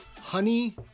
honey